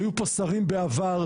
היו פה שרים בעבר,